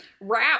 wrap